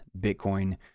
bitcoin